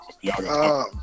y'all